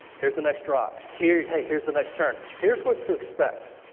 here is the next drop. here here is the next turn. here is what to expect.